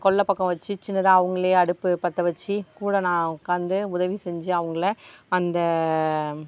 கொல்லை பக்கம் வச்சு சின்னதாக அவங்களையே அடுப்பு பற்ற வச்சு கூட நான் உட்காந்து உதவி செஞ்சு அவங்கள அந்த